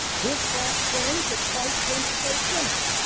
this class claims that christ came to save sinners,